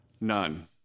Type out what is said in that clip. None